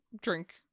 drink